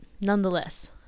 nonetheless